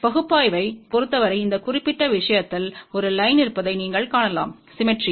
பகுப்பாய்வைப் பொருத்தவரை இந்த குறிப்பிட்ட விஷயத்தில் ஒரு லைன் இருப்பதை நீங்கள் காணலாம் சிம்மெட்ரி